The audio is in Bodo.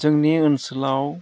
जोंनि ओनसोलाव